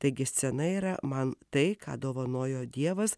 taigi scena yra man tai ką dovanojo dievas